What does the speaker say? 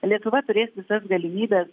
lietuva turės visas galimybes